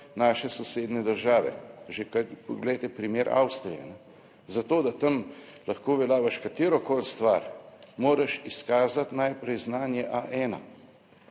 naše sosednje države. Poglejte primer Avstrije. Zato, da tam lahko uveljaviš katerokoli stvar, moraš izkazati najprej znanje A1